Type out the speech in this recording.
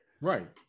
Right